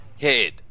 head